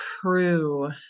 true